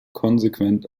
konsequent